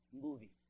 movie